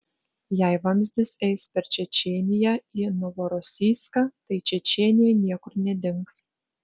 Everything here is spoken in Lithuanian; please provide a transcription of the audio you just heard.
jei vamzdis eis per čečėniją į novorosijską tai čečėnija niekur nedings